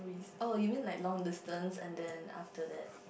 oh you mean like long distance and then after that